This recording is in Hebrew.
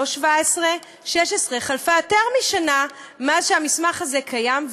לא 2017. חלפה יותר משנה מאז שהמסמך הזה קיים,